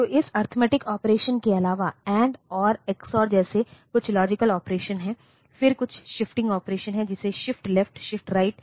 तो इस arithmetic operation के अलावा एंड ओर एक्सओर जैसे कुछ लॉजिक ऑपरेशन हैं फिर कुछ शिफ्टिंग ऑपरेशन हैं जैसे शिफ्ट लेफ्ट शिफ्ट राइट